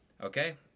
okay